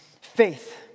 faith